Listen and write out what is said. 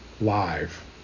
live